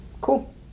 cool